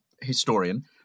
historian